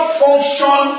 function